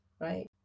right